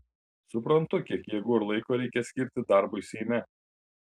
suprantu kiek jėgų ir laiko reikia skirti darbui seime